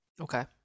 Okay